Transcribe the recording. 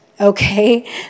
okay